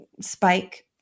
spike